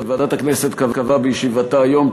ועדת הכנסת קבעה בישיבתה היום,